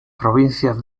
provincias